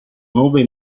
nove